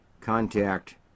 contact